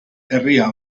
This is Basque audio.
herria